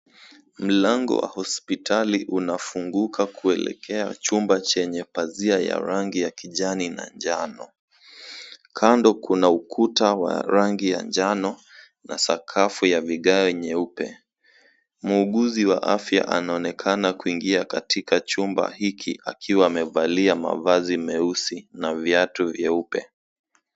Mlango wa hospitali unafunguka kuelekea chumba chenye pazia ya rangi ya kijani na njano. Kando kuna ukuta wa rangi ya njano na sakafu ya vigae nyeupe. Muuguzi wa afya anaonekana kuingia katika chumba hiki akiwa amevalia mavazi meusi na viatu vyeupe.